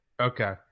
Okay